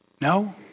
No